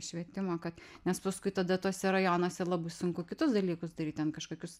švietimo kad nes paskui tada tuose rajonuose labai sunku kitus dalykus daryt ten kažkokius